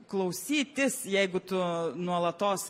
klausytis jeigu tu nuolatos